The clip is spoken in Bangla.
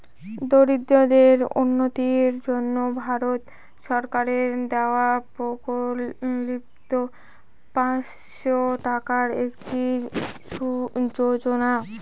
দরিদ্রদের উন্নতির জন্য ভারত সরকারের দেওয়া প্রকল্পিত পাঁচশো টাকার একটি যোজনা